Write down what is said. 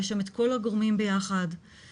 יש שם את כל הגורמים ביחד והילד,